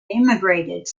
immigrated